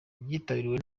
byitabiriwe